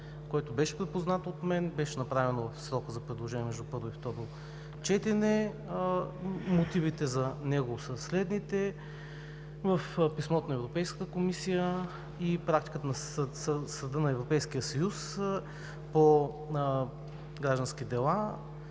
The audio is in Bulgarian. което беше припознато от мен, беше направено в срока за предложения между първо и второ четене. Мотивите за него са следните. В писмото на Европейската комисия и практиката на Съда на Европейския съюз по граждански дела